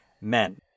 men